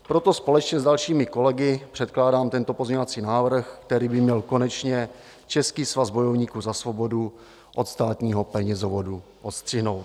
Proto společně s dalšími kolegy předkládám tento pozměňovací návrh, který by měl konečně Český svaz bojovníků za svobodu od státního penězovodu odstřihnout.